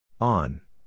On